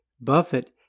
Buffett